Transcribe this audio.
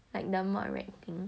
like the module rag thing